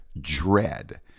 dread